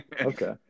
okay